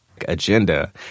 agenda